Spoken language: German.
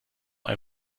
ein